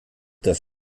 dass